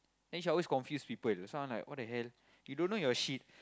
then she always confuse people so I'm like what the hell you don't know your shit